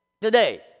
today